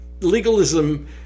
legalism